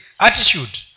attitude